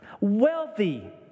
Wealthy